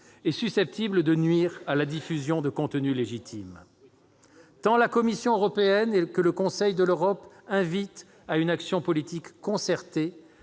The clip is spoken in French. et susceptible de nuire à la diffusion de contenus légitimes. La Commission européenne comme le Conseil de l'Europe invitent à une action politique concertée